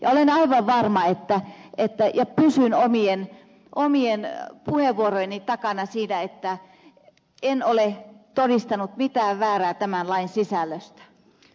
olen aivan varma ja pysyn omien puheenvuorojeni takana siinä että en ole todistanut mitään väärää tämän lain sisällöstä